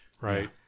right